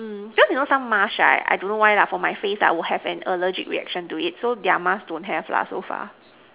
mm cause you know some mask right I don't know why lah for my face ah will have an allergic reaction to it so their mask don't have lah so far